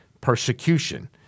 persecution